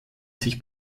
sich